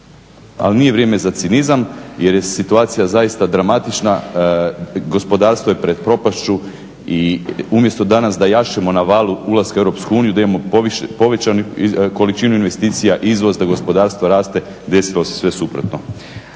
Ali nije vrijeme za cinizam, jer je situacija zaista dramatična. Gospodarstvo je pred propašću. I umjesto danas da jašemo na Valu ulaska u EU da imamo povećanu količinu investicija, izvoz, da gospodarstvo raste desilo se sve suprotno.